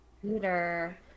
Computer